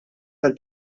tal